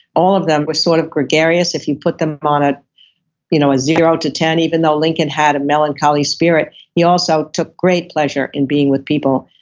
all of them were sort of gregarious if you put them on ah you know zero ten even though lincoln had a melancholy spirit, he also took great pleasure in being with people.